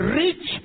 rich